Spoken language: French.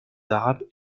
arabes